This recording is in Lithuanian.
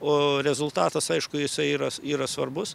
o rezultatas aišku jisai yra yra svarbus